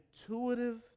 intuitive